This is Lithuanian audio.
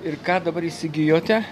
ir ką dabar įsigijote